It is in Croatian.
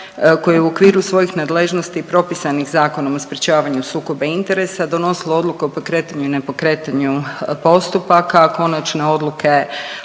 je u okviru svojih nadležnosti propisanih Zakonom o sprječavanju sukoba interesa donosilo odluke o pokretanju i ne pokretanju postupaka, konačne odluke